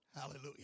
Hallelujah